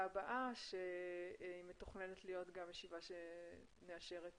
הבאה שמתוכננת להיות ישיבה בה נאשר את